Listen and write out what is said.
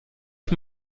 ich